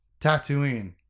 Tatooine